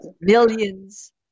millions